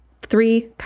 three